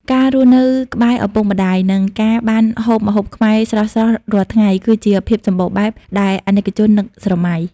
ការរស់នៅក្បែរឪពុកម្តាយ និងការបានហូបម្ហូបខ្មែរស្រស់ៗរាល់ថ្ងៃ គឺជា "ភាពសំបូរបែប" ដែលអាណិកជននឹកស្រមៃ។